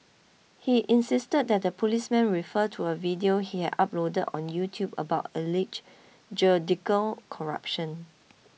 he insisted that the policemen refer to a video he had uploaded on YouTube about alleged judicial corruption